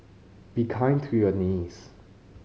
be kind to your knees